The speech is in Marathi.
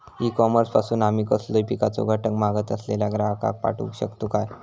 ई कॉमर्स पासून आमी कसलोय पिकाचो घटक मागत असलेल्या ग्राहकाक पाठउक शकतू काय?